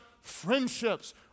friendships